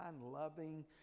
loving